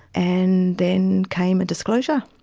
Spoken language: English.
and then came a disclosure.